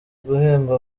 guhemba